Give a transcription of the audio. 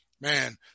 man